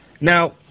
Now